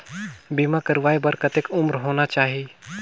बीमा करवाय बार कतेक उम्र होना चाही?